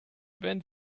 wenn